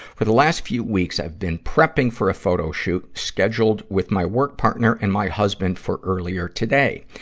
for the last few weeks, i've been prepping for a photoshoot scheduled with my work partner and my husband for earlier today.